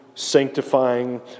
sanctifying